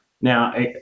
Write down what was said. Now